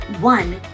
one